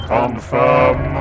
Confirm